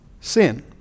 sin